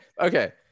Okay